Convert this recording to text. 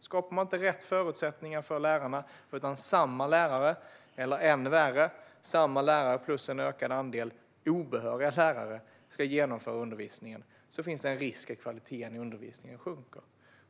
Skapar man inte rätt förutsättningar för lärarna så att dessa lärare, eller ännu värre dessa lärare plus en ökad andel obehöriga lärare, ska genomföra undervisningen finns det en risk för att kvaliteten i undervisningen sjunker.